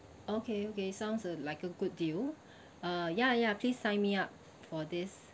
okay okay sounds uh like a good deal ah ya ya please sign me up for this